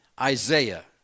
Isaiah